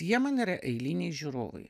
jie man yra eiliniai žiūrovai